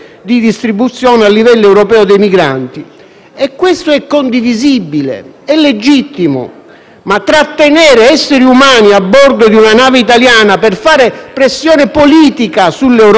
ma trattenere esseri umani a bordo di una nave italiana per fare pressione politica sull'Europa al fine di cambiare i regolamenti, ebbene, è del tutto illegittimo.